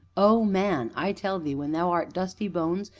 o man! i tell thee, when thou art dusty bones,